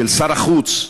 של שר החוץ,